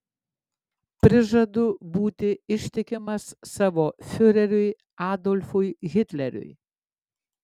prižadu būti ištikimas savo fiureriui adolfui hitleriui